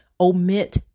omit